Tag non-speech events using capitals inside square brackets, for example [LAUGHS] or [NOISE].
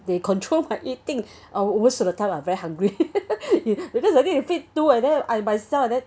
they control my eating uh most of time I very hungry [LAUGHS] because I think you feed two and then and myself and then